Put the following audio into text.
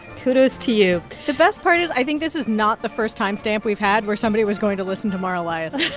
kudos to you the best part is i think this is not the first timestamp we've had where somebody was going to listen to mara liasson.